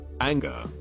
anger